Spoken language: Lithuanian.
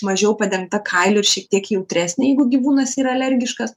mažiau padengta kailiu ir šiek tiek jautresnė jeigu gyvūnas yra alergiškas